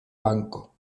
banco